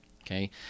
okay